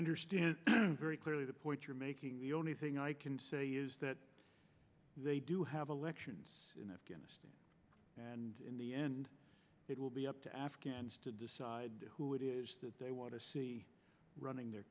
understand very clearly the point you're making the only thing i can say is that they do have elections in afghanistan and in the end it will be up to afghans to decide who they want to see running their